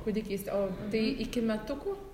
kūdikystės o tai iki metukų